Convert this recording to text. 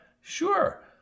Sure